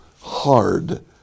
hard